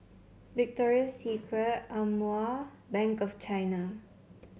Victoria Secret Amore Bank of China